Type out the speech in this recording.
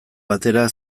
batera